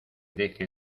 deje